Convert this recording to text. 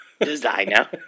Designer